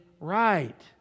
right